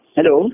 Hello